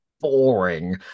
boring